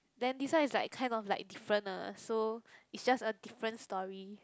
then this one is like kind of like different ah so it's just a different story